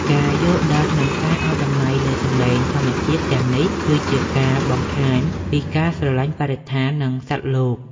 ការយល់ដឹង និងការឱ្យតម្លៃលើសំឡេងធម្មជាតិទាំងនេះ គឺជាការបង្ហាញពីការស្រឡាញ់បរិស្ថាន និងសត្វលោក។